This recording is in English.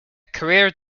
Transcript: career